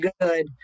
good